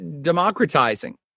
democratizing